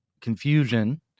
confusion